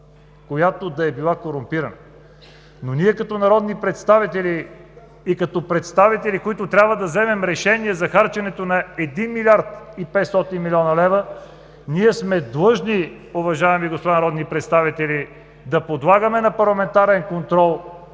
която да е била корумпирана! Ние, като народни представители, които трябва да вземем решение за харченето на 1 млрд. 500 млн. лв., ние сме длъжни, уважаеми дами и господа народни представители, да подлагаме на парламентарен контрол